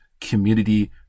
community